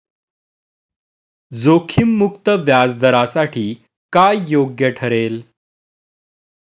जोखीम मुक्त व्याजदरासाठी काय योग्य ठरेल?